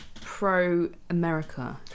pro-America